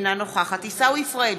אינה נוכחת עיסאווי פריג'